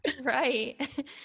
Right